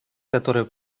которая